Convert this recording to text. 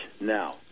now